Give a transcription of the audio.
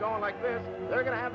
going like they were going to have